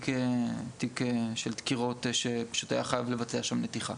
כי היה תיק של דקירות שפשוט היה חייב לבצע שם נתיחה.